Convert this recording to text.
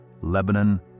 Lebanon